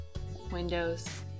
windows